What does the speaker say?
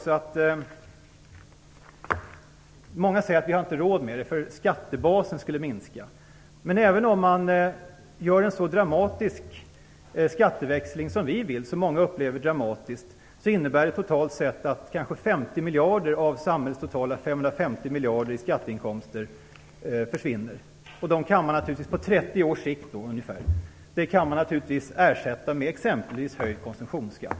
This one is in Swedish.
Många säger att vi inte har råd med detta, eftersom skattebasen då skulle minska. Men även om man gör en så dramatisk skatteväxling som vi vill - många upplever det som dramatiskt - innebär det totalt sett att kanske 50 miljarder av samhällets totala 550 miljarder i skatteinkomster försvinner. Dem kan man naturligtvis på 30 års sikt ersätta med exempelvis höjd konsumtionsskatt.